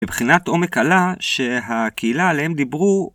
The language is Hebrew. מבחינת עומק הלאה שהקהילה עליהם דיברו